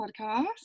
podcast